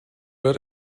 but